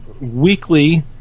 weekly